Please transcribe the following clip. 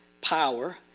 power